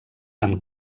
amb